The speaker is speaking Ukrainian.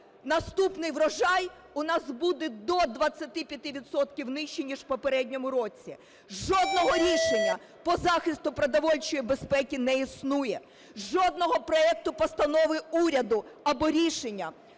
Наступний врожай у нас буде до 25 відсотків нижче, ніж в попередньому році. Жодного рішення по захисту продовольчої безпеки не існує, жодного проекту постанови уряду або рішення